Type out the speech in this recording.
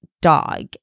dog